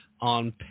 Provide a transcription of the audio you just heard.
on